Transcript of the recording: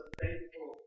thankful